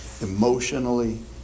Emotionally